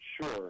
sure